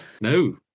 No